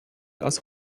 aus